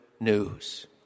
news